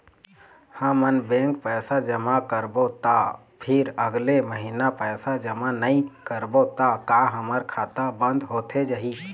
हमन बैंक पैसा जमा करबो ता फिर अगले महीना पैसा जमा नई करबो ता का हमर खाता बंद होथे जाही?